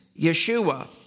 Yeshua